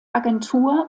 agentur